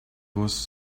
was